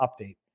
update